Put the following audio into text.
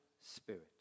spirit